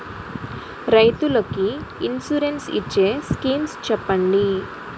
రైతులు కి ఇన్సురెన్స్ ఇచ్చే స్కీమ్స్ చెప్పండి?